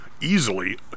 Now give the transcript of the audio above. easily